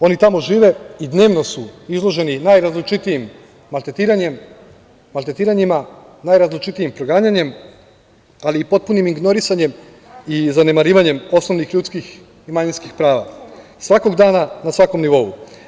Oni tamo žive i dnevno su izloženi najrazličitijem maltretiranjima, najrazličitijim proganjanjima, ali i potpunim ignorisanjem i zanemarivanjem osnovnih ljudskih i manjinskih prava, svakog dana, na svakom nivou.